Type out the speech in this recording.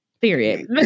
Period